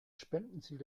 spendenziel